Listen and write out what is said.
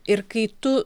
ir kai tu